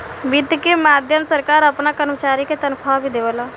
वित्त के माध्यम से सरकार आपना कर्मचारी के तनखाह भी देवेला